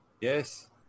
Yes